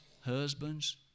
Husbands